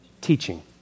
teaching